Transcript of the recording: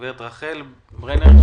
גברת רחל ברנר,